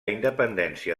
independència